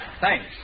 Thanks